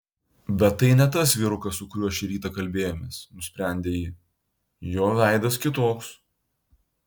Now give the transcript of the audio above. bet tai ne tas vyrukas su kuriuo šį rytą kalbėjomės nusprendė ji jo veidas kitoks